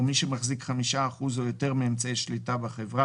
מי שמחזיק 5% או יותר מאמצעי השליטה בחברה,